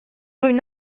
une